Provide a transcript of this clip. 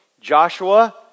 Joshua